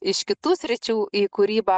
iš kitų sričių į kūrybą